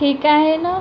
ठीक आहे ना